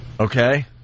Okay